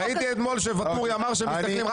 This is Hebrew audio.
ראיתי אתמול שוואטורי אמר שמסתכלים רק